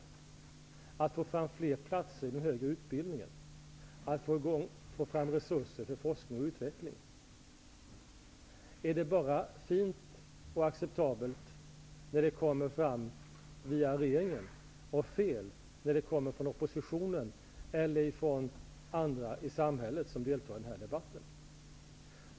Vad är det för fel på att få fram fler platser vid högre utbildningar och resurser för forskning och utveckling? Är initiativ bara fina och acceptabla när de kommer fram via regeringen, och fel när de kommer från oppositionen eller från andra i samhället som deltar i debatten?